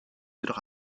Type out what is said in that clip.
jedoch